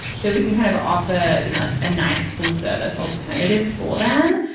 so we can kind of offer you know like a nice full service alternative for them.